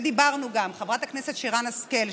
ודיברנו גם חברת הכנסת שרן השכל,